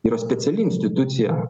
yra speciali institucija